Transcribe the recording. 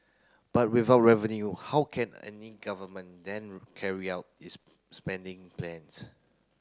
but without revenue how can any government then carry out its spending plans